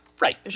Right